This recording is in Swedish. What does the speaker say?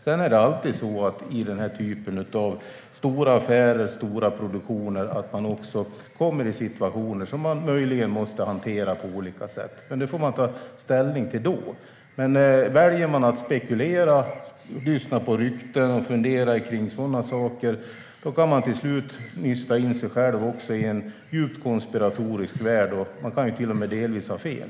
Sedan är det alltid så i den här typen av stora affärer och stora produktioner att man kommer i situationer som man möjligen måste hantera på olika sätt, men det får man ta ställning till då. Väljer man att spekulera, lyssna på rykten och fundera kring sådana saker kan man till slut nysta in sig själv i en djupt konspiratorisk värld. Man kan till och med delvis ha fel.